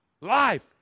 life